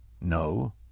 no